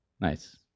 Nice